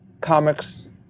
comics